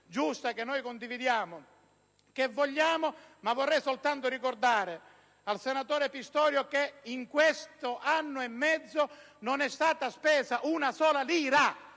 giusta, che noi condividiamo e che vogliamo, ma vorrei soltanto ricordare al senatore Pistorio che in questo anno e mezzo non è stata spesa una sola lira